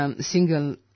Single